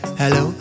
hello